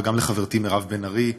גם לחברתי מירב בן ארי,